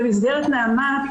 במסגרת נעמ"ת,